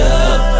up